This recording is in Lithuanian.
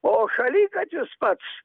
o šaligatvis pats